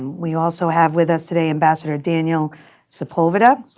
we also have with us today ambassador daniel sepulveda.